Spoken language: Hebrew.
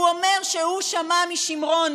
שהוא אומר שהוא שמע משמרון,